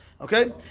Okay